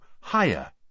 higher